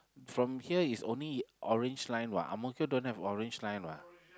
from here is only orange line what Ang-Mo-Kio don't have orange line what